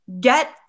get